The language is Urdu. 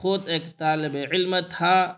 خود ایک طالب علم تھا